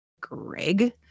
Greg